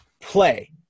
Play